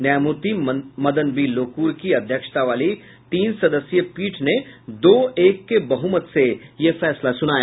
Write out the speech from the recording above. न्यायमूर्ति मदन बी लोकूर की अध्यक्षता वाली तीन सदस्यीय पीठ ने दो एक के बहुमत से यह फैसला सुनाया